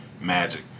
Magic